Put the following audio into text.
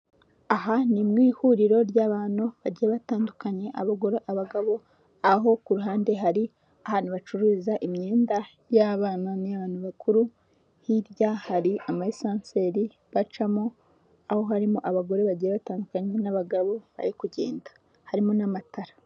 Aha ni mu ihuriro ry'abantu bagiye batandukanya abagore, abagabo, aho ku ruhande hari ahantu bacururiza imyenda y'abana n'iy'abantu bakuru, hirya hari amayesanseri bacamo aho harimo abagore bagiye batandukanye n'abagabo bari kugenda, harimo n'amatara.